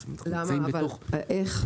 איך?